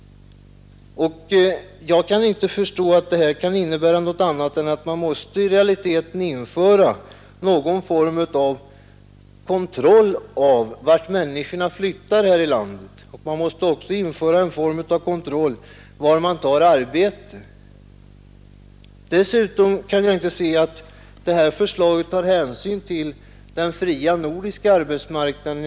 Jag kan inte förstå annat än att detta i realiteten innebär att man måste införa någon form av kontroll av vart människorna flyttar och var de tar arbete. Jag kan heller inte finna att detta förslag tar hänsyn till den fria nordiska arbetsmarknaden.